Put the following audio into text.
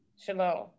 Shalom